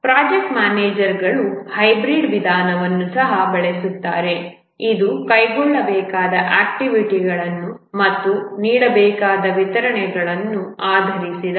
project ಮ್ಯಾನೇಜರ್ಗಳು hybrid ವಿಧಾನವನ್ನು ಸಹ ಬಳಸುತ್ತಾರೆ ಇದು ಕೈಗೊಳ್ಳಬೇಕಾದ ಆಕ್ಟಿವಿಟಿಗಳನ್ನು ಮತ್ತು ನೀಡಬೇಕಾದ ವಿತರಣೆಗಳನ್ನು ಆಧರಿಸಿದೆ